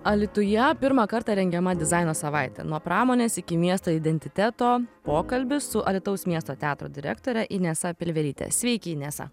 alytuje pirmą kartą rengiama dizaino savaitė nuo pramonės iki miesto identiteto pokalbis su alytaus miesto teatro direktore inesą pilvelytę sveiki inesa